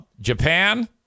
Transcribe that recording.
Japan